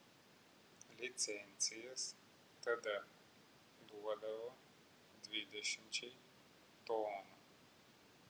licencijas tada duodavo dvidešimčiai tonų